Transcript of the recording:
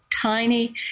tiny